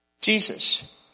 Jesus